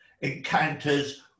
encounters